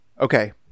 okay